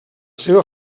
seva